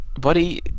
Buddy